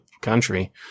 country